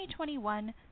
2021